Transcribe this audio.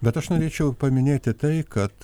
bet aš norėčiau paminėti tai kad